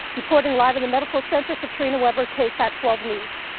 reporting live in the medical center katrina webber ksat twelve news.